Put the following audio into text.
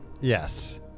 Yes